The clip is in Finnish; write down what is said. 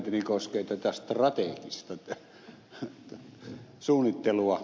kommenttini koskee tätä strategista suunnittelua